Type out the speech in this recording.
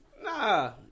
Nah